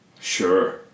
Sure